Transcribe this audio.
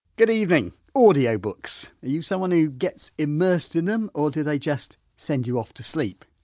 good evening. audiobooks are you someone who gets immersed in them or do they just send you off to sleep.